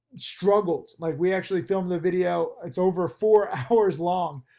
struggled. like we actually filmed the video. it's over four hours long,